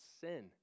sin